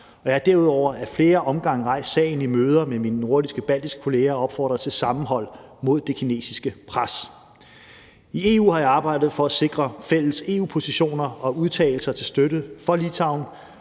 Jeg har derudover ad flere omgange rejst sagen i møder med mine nordiske og baltiske kollegaer og opfordret til sammenhold mod det kinesiske pres. Kl. 19:42 I EU har jeg arbejdet for at sikre fælles EU-positioner og udtalelser til støtte for Litauen,